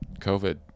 COVID